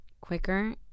quicker